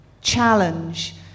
challenge